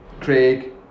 Craig